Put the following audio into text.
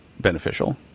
beneficial